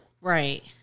Right